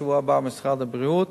בשבוע הבא במשרד הבריאות